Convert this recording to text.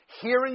hearing